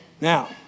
Now